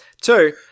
Two